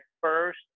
first